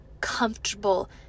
comfortable